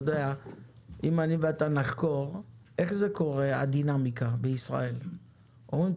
אם אני ואתה נחקור איך קורית הדינמיקה בישראל נראה שאומרים: